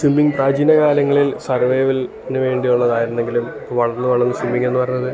swimming പ്രാചീന കാലങ്ങളിൽ സർവൈവൽന് വേണ്ടിയുള്ളതായിരുന്നെങ്കിലും വളർന്ന് വളർന്ന് സ്വിമ്മിങ്ങെന്ന് പറയുന്നത്